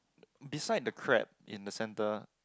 inside the crab in the center